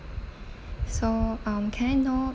so um can I know